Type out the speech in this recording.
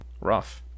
rough